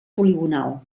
poligonal